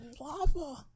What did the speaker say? lava